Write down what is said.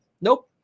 Nope